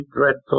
dreadful